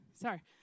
Sorry